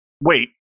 wait